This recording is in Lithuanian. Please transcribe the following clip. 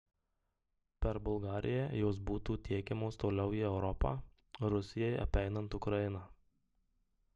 per bulgariją jos būtų tiekiamos toliau į europą rusijai apeinant ukrainą